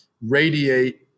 radiate